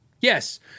Yes